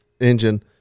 engine